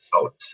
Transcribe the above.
out